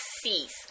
cease